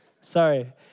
Sorry